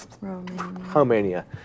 Romania